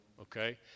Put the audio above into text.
Okay